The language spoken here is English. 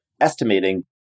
estimating